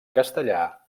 castellà